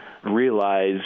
realize